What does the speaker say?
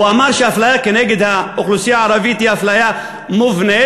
הוא אמר שהאפליה כנגד האוכלוסייה הערבית היא אפליה מובנית,